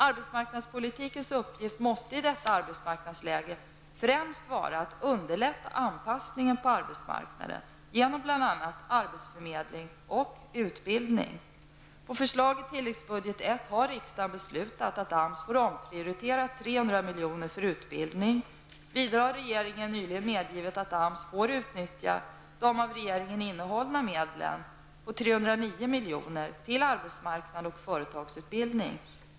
Arbetsmarknadspolitikens uppgift måste i detta arbetsmarknadsläge främst vara att underlätta anpassningen på arbetsmarknaden genom bl.a. arbetsförmedling och utbildning. På förslag i tilläggsbudget I har riksdagen beslutat att AMS får omprioritera 300 milj.kr. för utbildning. Vidare har regeringen nyligen medgivit att AMS får utnyttja de av regeringen innehållna medlen om 309 milj.kr. till arbetsmarknads och företagsutbildning.